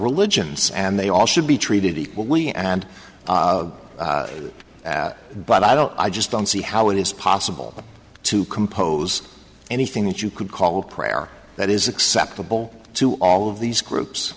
religions and they all should be treated equally and that but i don't i just don't see how it is possible to compose anything that you could call a prayer that is acceptable to all of these groups